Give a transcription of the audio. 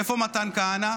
איפה מתן כהנא?